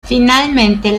finalmente